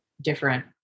different